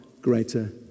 greater